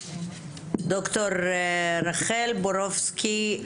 ד"ר רחל בורובסקי,